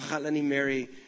Mary